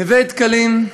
נווה-דקלים,